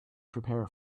prepare